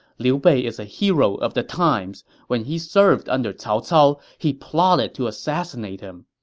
liu bei is a hero of the times. when he served under cao cao, he plotted to assassinate him.